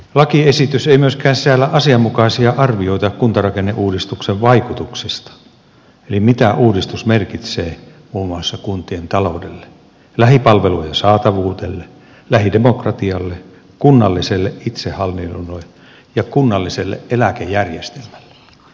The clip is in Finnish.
lakiesitys ei myöskään sisällä asianmukaisia arvioita kuntarakenneuudistuksen vaikutuksista eli siitä mitä uudistus merkitsee muun muassa kuntien taloudelle lähipalvelujen saatavuudelle lähidemokratialle kunnalliselle itsehallinnolle ja kunnalliselle eläkejärjestelmälle